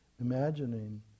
imagining